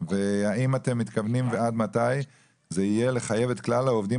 האם אתם מתכוונים לחייב את כלל העובדים